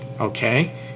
okay